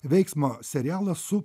veiksmo serialas su